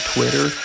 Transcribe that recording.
Twitter